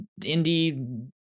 indie